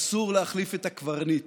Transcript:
אסור להחליף את הקברניט.